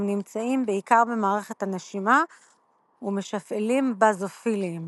הם נמצאים בעיקר במערכת הנשימה ומשפעלים באזופילים.